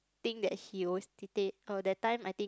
thing that he always oh that time I think